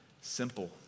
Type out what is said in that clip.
simple